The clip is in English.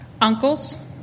uncles